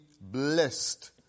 blessed